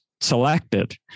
selected